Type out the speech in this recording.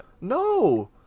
No